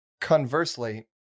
conversely